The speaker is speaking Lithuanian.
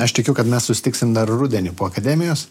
aš tikiu kad mes susitiksim dar rudenį po akademijos